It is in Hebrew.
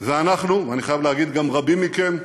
ואנחנו אני חייב להגיד: גם רבים מכם,